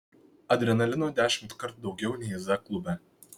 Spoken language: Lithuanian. adrenalino dešimtkart daugiau nei z klube